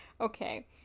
Okay